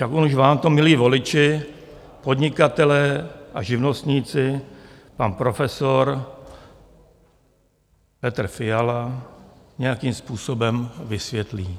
Však on už vám to, milí voliči, podnikatelé a živnostníci, pan profesor Petr Fiala nějakým způsobem vysvětlí.